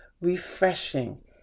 refreshing